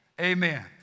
Amen